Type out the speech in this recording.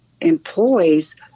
employees